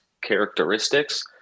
characteristics